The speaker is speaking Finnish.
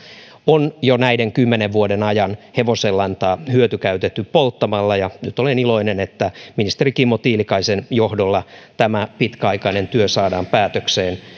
on jo näiden kymmenen vuoden ajan hevosenlantaa hyötykäytetty polttamalla ja nyt olen iloinen että ministeri kimmo tiilikaisen johdolla tämä pitkäaikainen työ saadaan päätökseen